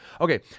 Okay